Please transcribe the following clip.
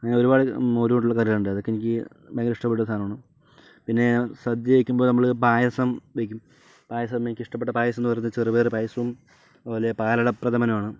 അങ്ങനെ ഒരുപാട് മോര് കൊണ്ടുള്ള കറികൾ ഉണ്ട് അതൊക്കെ എനിക്ക് ഭയങ്കര ഇഷ്ടപ്പെട്ട സാധനമാണ് പിന്നെ സദ്യ വെക്കുമ്പോൾ നമ്മൾ പായസം വെക്കും പായസം എനിക്കിഷ്ടപ്പെട്ട പായസം എന്ന് പറയുന്നത് ചെറുപയർ പായസം അതുപോലെ പാലട പ്രഥമനും ആണ്